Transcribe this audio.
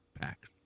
Pack